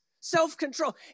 self-control